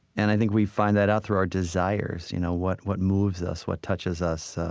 and i think we find that out through our desires. you know what what moves us? what touches us?